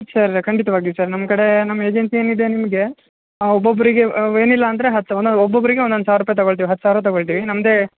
sir ಖಂಡಿತವಾಗಿಯು sir ನಮ್ಮ ಕಡೇ ನಮ್ಮ ಏಜೆನ್ಸಿ ಏನು ಇದೆ ನಿಮಗೆ ಹಾಂ ಒಬ್ಬೊಬ್ಬರಿಗೆ ಏನಿಲ್ಲ ಅಂದರೆ ಹತ್ತು ತಗಣದು ಒಬ್ಬೊಬ್ಬರಿಗೆ ಒಂದು ಒಂದು ಸಾವಿರ ರೂಪಾಯಿ ತಗೊಳ್ತಿವಿ ಹತ್ತು ಸಾವಿರ ತಗೊಳ್ತಿವಿ ನಮ್ಮದೆ